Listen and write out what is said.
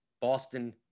Boston